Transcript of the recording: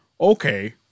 Okay